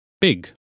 big